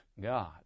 God